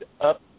up